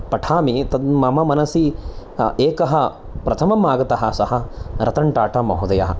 पठामि तत् मम मनसि एकः प्रथमम् आगतः सः रतन् टाटा महोदयः